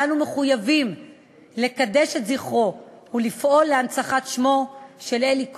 אנו מחויבים לקדש את זכרו ולפעול להנצחת שמו של אלי כהן,